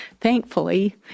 thankfully